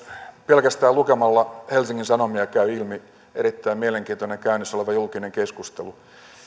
pelkästään lukemalla helsingin sanomia käy ilmi erittäin mielenkiintoinen käynnissä oleva julkinen keskustelu